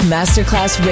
Masterclass